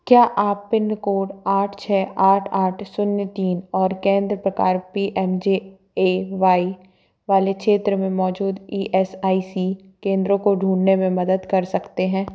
क्या आप pin code आठ छः आठ आठ शून्य तीन और केंद्र प्रकार P M J A Y वाले क्षेत्र में मौजूद ई एस आई सी केंद्रों को ढूँढने में मदद कर सकते हैं